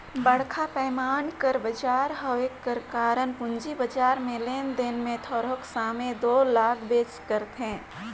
बड़खा पैमान कर बजार होए कर कारन पूंजी बजार में लेन देन में थारोक समे दो लागबेच करथे